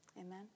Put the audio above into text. Amen